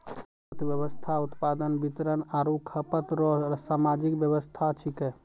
अर्थव्यवस्था उत्पादन वितरण आरु खपत रो सामाजिक वेवस्था छिकै